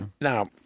Now